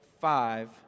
five